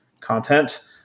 content –